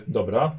dobra